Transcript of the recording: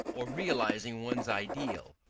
or realising one's ideal,